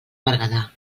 berguedà